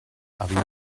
habían